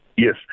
Yes